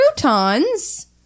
croutons